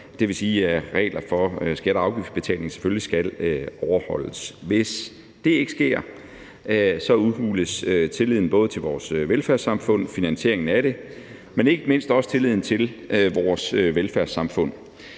Det vil sige, at reglerne for skatte- og afgiftsbetalinger selvfølgelig skal overholdes. Hvis det ikke sker, udhules tilliden både til vores velfærdssamfund og finansieringen af det – og jo altså ikke mindst tilliden til vores velfærdssamfund.